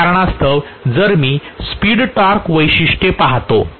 त्या कारणास्तव जर मी स्पीड टॉर्क वैशिष्ट्य पाहतो